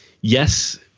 Yes